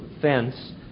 fence